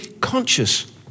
conscious